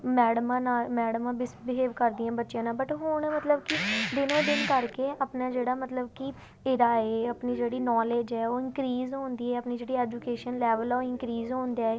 madam ਨਾਲ ਮੈਡਮਾਂ misbehave ਕਰਦੀਆਂ ਬੱਚਿਆਂ ਨਾਲ ਬਟ ਹੁਣ ਮਤਲਬ ਕਿ ਦਿਨੋਂ ਦਿਨ ਕਰਕੇ ਆਪਣਾ ਜਿਹੜਾ ਮਤਲਬ ਕਿ ਇਰਾ ਹੈ ਆਪਣੀ ਜਿਹੜੀ ਨੌਲੇਜ ਹੈ ਉਹ ਇਨਕਰੀਜ ਹੁੰਦੀ ਹੈ ਆਪਣੀ ਜਿਹੜੀ ਐਜੂਕੇਸ਼ਨ ਲੈਵਲ ਹੈ ਉਹ ਇਨਕਰੀਜ ਹੋਣ ਡਿਆ ਹੈ